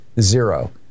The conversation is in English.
Zero